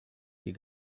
die